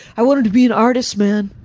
i wanted to be an artist man,